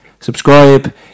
subscribe